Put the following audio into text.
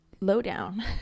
Lowdown